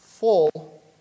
full